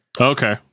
Okay